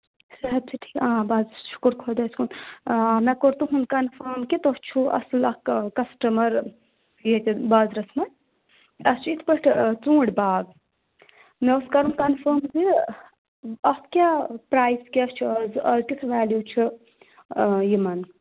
صحت چھا ٹھیٖک آ بہٕ حظ چھس شُکُر خۄدایَس کُن مےٚ کوٚر تُہُنٛد کَنفٲم کہِ تُہۍ چھُو اَصٕل اَکھ کَسٹمَر ییٚتہِ بازرَس منٛز اَسہِ چھُ یِتھ پٲٹھۍ ژوٗنٛٹھۍ باغ مےٚ اوس کَرُن کَنفٲم زِ اتھ کیٛاہ پرٛایِس کیٛاہ چھُ آز آز کیُتھ ویلیوٗ چھُ یِمَن